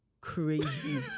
crazy